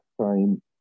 time